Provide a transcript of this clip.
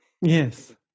Yes